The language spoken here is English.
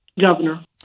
governor